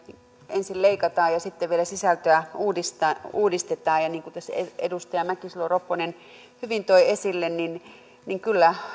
ensin leikataan ja sitten vielä sisältöä uudistetaan uudistetaan ja niin kuin tässä edustaja mäkisalo ropponen hyvin toi esille kyllä